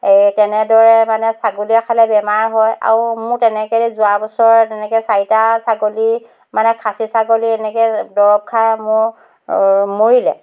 এই তেনেদৰে মানে ছাগলীয়ে খালে বেমাৰ হয় আৰু মোৰ তেনেকেদি যোৱা বছৰ তেনেকে চাৰিটা ছাগলী মানে খাচী ছাগলী এনেকে দৰৱ খাই মোৰ মৰিলে